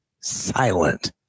Silent